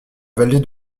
vallée